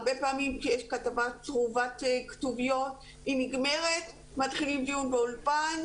הרבה פעמים כשיש כתבה צרובת כתוביות היא נגמרת ומתחילים דיון באולפן,